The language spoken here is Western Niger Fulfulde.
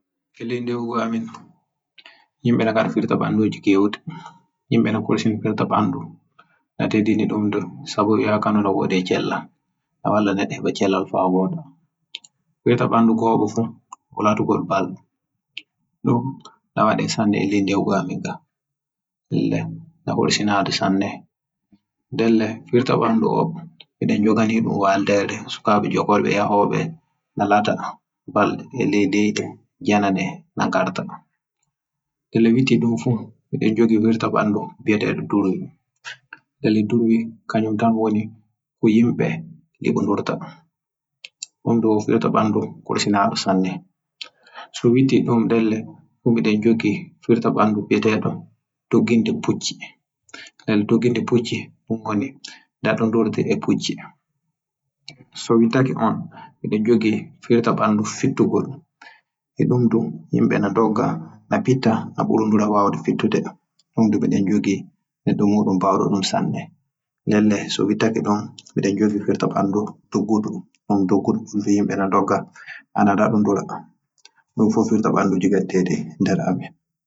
E leyi ɗewgu am, yimɓe na gaɗɗa firta ɓanɗuji kewuɗi, Yimɓe na korsini firta ɓannɗu, Na teddini ɗum sabo de wiaka no a na wooɗi e cellal na walla neɗɗo heɓa cellal faa wooɗa. Firta ɓannɗu go'oɓo fu wala latugol ball, ɗum na waɗɗe sanne e leyi ɗewgu men woodi dun ngam horsina du jamanu men. Ndende firta ɓannɗu on, Mi nden joganiɗum waldere sukkaɓe jokkolɓe yahoɓe na lata bal e leyi bandiraabe e sakiraabe ngarto e lebiiye. Midon jogi firta ɓannɗu ele durumi juutal ko woni yimɓe nyibe. Wurto e horsina sanne nateddina sanne dedeji nanenga nden no witti dum fu no firtata ɓannɗu no be fijirta pucci E wadai no saali kambeji amin ngara e heɓa teddina sanne. E no wicci ɗum fu firta ɓannɗu hala doggudu be jei gaɗa ɗo an adogga ananata ndora dowe, Btandu firta redu firta sittude yimɓe dala pucca nden mauɗo maajum mauɗo da fittune sanne.